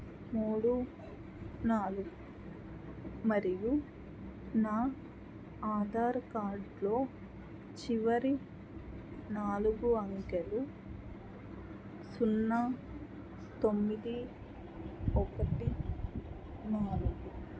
మూడు నాలుగు మరియు నా ఆధార్ కార్డ్లో చివరి నాలుగు అంకెలు సున్నా తొమ్మిది ఒకటి నాలుగు